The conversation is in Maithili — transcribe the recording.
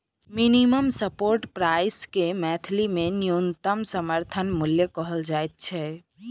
मिनिमम सपोर्ट प्राइस के मैथिली मे न्यूनतम समर्थन मूल्य कहल जाइत छै